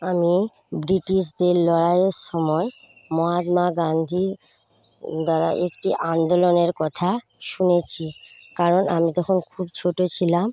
আমি ব্রিটিশদের লড়াইয়ের সময় মহাত্মা গান্ধী দ্বারা একটি আন্দোলনের কথা শুনেছি কারণ আমি তখন খুব ছোট ছিলাম